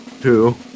two